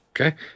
Okay